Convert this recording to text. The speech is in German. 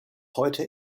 heute